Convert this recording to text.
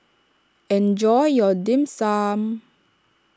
enjoy your Dim Sum